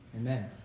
Amen